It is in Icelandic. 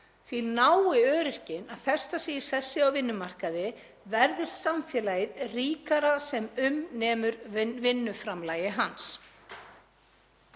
því nái öryrkinn að festa sig í sessi á vinnumarkaði verður samfélagið ríkara sem um nemur vinnuframlagi hans.